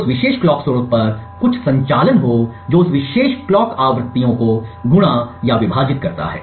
उस विशेष कलॉक स्रोत पर कुछ संचालन हो जो उस विशेष कलॉक आवृत्तियों को गुणा या विभाजित करता है